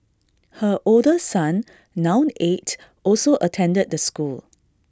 her older son now eight also attended the school